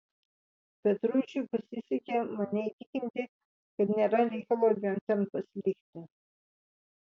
petruičiui pasisekė mane įtikinti kad nėra reikalo abiem ten pasilikti